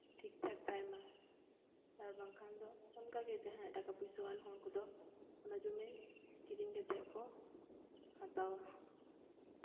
ᱴᱷᱤᱠ ᱴᱷᱟᱠ ᱛᱟᱭᱢᱟ ᱟᱨ ᱵᱟᱝᱠᱷᱟᱱ ᱫᱚ ᱚᱱᱠᱟᱜᱮ ᱡᱟᱦᱟᱸᱭᱟᱜ ᱴᱟᱠᱟᱼᱯᱚᱭᱥᱟ ᱟᱱ ᱩᱱᱠᱩ ᱫᱚ ᱚᱱᱟ ᱡᱚᱢᱤ ᱠᱤᱨᱤᱧ ᱠᱟᱛᱮᱜ ᱠᱚ ᱦᱟᱛᱟᱣᱟ